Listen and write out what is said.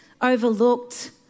overlooked